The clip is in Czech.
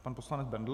Pan poslanec Bendl.